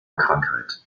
krankheit